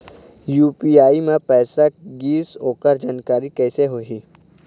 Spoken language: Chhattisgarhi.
यू.पी.आई म पैसा गिस ओकर जानकारी कइसे होही?